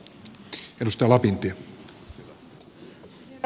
herra puhemies